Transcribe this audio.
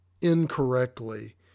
incorrectly